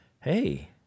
Hey